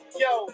yo